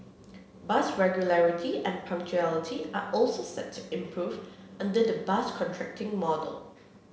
bus regularity and punctuality are also set to improve under the bus contracting model